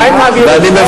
לא קשור לדיון הזה.